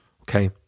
okay